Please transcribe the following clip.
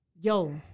yo